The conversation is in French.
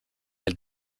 elle